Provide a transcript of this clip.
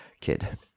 kid